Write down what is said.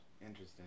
Interesting